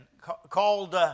called